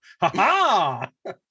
Ha-ha